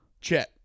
Chet